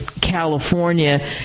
California